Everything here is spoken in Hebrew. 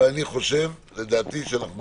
אבל אני חושב שאנחנו